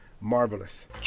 marvelous